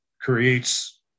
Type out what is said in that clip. Creates